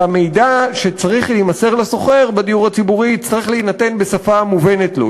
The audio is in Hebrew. שהמידע שצריך להימסר לשוכר בדיור הציבורי יצטרך להינתן בשפה מובנת לו.